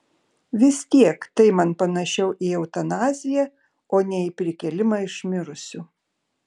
vis tiek tai man panašiau į eutanaziją o ne į prikėlimą iš mirusių